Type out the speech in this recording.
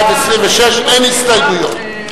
(26), אין הסתייגויות.